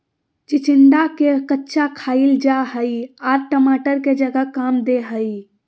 चिचिंडा के कच्चा खाईल जा हई आर टमाटर के जगह काम दे हइ